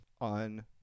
on